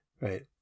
Right